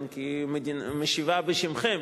משיבה בשמכם,